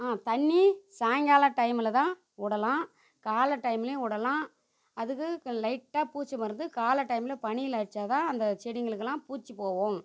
தண்ணி சாய்ங்காலம் டைமில் தான் விடலாம் காலை டைம்லேயும் விடலாம் அதுக்கு லைட்டாக பூச்சி மருந்து காலை டைமில் பனியில் அடித்தா தான் அந்த செடிங்களுக்கெலாம் பூச்சி போகும்